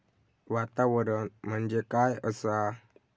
वातावरण म्हणजे काय असा?